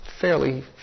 fairly